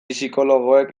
psikologoek